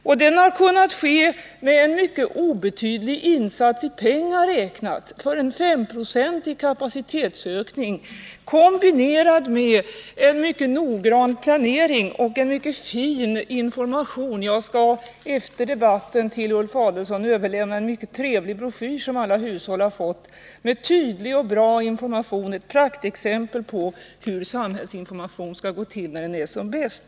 Och den har kunnat ske med en mycket obetydlig insats i pengar räknat — en femprocentig resursökning, kombinerad med en mycket noggrann planering och en mycket fin information. Jag skall efter debatten till Ulf Adelsohn överlämna en mycket trevlig broschyr, som har delats ut till alla hushåll och som ger tydlig och bra information — ett praktexempel på hur samhällsinformation skall fungera när den är som bäst.